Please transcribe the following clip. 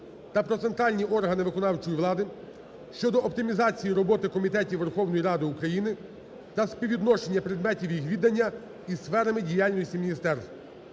та "Про центральні органи виконавчої влади" щодо оптимізації роботи комітетів Верховної Ради України та співвідношення предметів їх відання із сферами діяльності міністерств